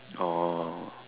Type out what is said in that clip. oh